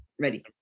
Ready